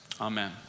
amen